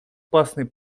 опасный